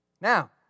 Now